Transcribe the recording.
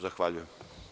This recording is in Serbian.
Zahvaljujem.